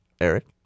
Eric